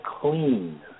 clean